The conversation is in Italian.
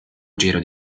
giro